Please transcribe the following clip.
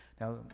Now